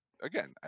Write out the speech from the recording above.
again